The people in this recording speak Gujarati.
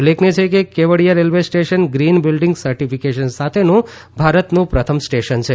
ઉલ્લેખનીય છે કે Kevadia railway station green building certification સાથેનું ભારતનું પ્રથમ સ્ટેશન છે